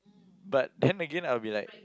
but then again I will be like